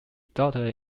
daughter